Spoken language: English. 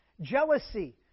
jealousy